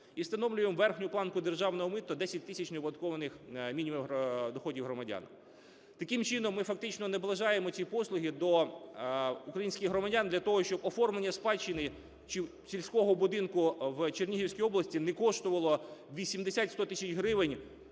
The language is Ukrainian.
і встановлюємо верхню планку державного мита 10 тисяч неоподаткованих мінімумів доходів громадянам. Таким чином, ми фактично наближаємо ці послуги до українських громадян, для того, щоб оформлення спадщини чи сільського будинку в Чернігівській області не коштувало 80-100 тисяч гривень